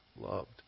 loved